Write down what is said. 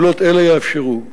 ראוי